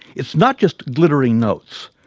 it's not just glittering notes,